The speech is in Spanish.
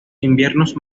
inviernos